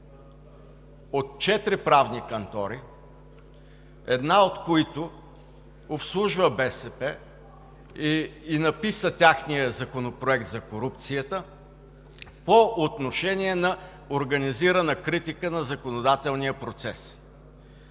от четири правни кантори, една от които обслужва БСП и написа техния законопроект за корупцията по отношение на организирана критика на законодателния процес.